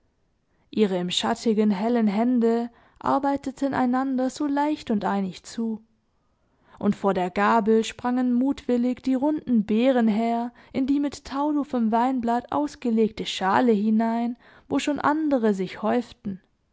ihre im schattigen hellen hände arbeiteten einander so leicht und einig zu und vor der gabel sprangen mutwillig die runden beeren her in die mit tauduffem weinblatt ausgelegte schale hinein wo schon andere sich häuften